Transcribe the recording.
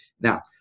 Now